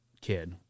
kid